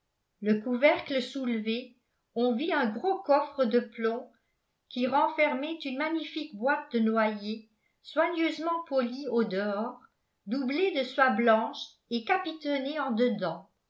le couvercle soulevé on vit un gros coffre de plomb qui renfermait une magnifique boîte de noyer soigneusement polie au dehors doublée de soie blanche et capitonnée en dedans